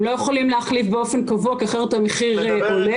הם לא יכולים להחליף באופן קבוע כי אחרת המחיר עולה.